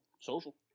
Social